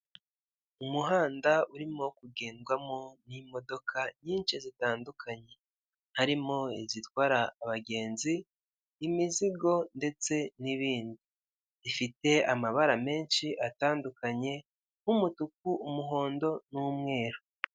Umuhanda urimo kugendwamo n'imodoka nyinshi zitandukanye harimo izitwara abagenzi, imizigo ndetse n'ibindi. Ifite amabara menshi atandukanye nk'umutuku, umuhondo, n'umweru.